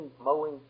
mowing